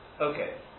Okay